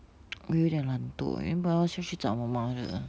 我有点懒惰 leh 要不然要下去找我 mother